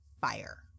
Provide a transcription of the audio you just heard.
fire